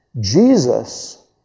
Jesus